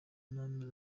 n’amezi